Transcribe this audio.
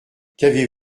qu’avez